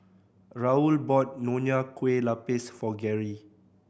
Raul bought Nonya Kueh Lapis for Garry